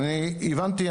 הבנתי,